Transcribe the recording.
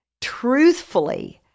truthfully